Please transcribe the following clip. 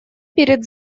перед